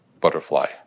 butterfly